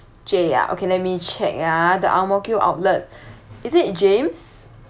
J ah okay let me check ah the Ang Mo Kio outlet is it james